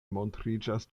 montriĝas